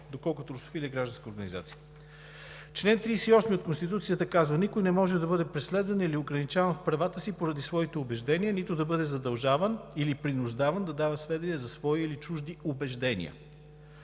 доколкото „Русофили“ е гражданска организация. Член 38 от Конституцията казва: „Никой не може да бъде преследван или ограничаван в правата си поради своите убеждения, нито да бъде задължаван или принуждаван да дава сведения за свои или чужди убеждения.“